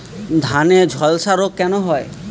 ধানে ঝলসা রোগ কেন হয়?